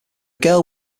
girl